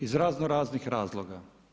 Iz razno raznih razloga.